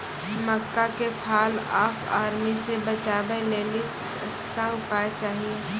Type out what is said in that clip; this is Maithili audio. मक्का के फॉल ऑफ आर्मी से बचाबै लेली सस्ता उपाय चाहिए?